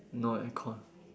no aircon